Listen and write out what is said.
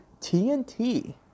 TNT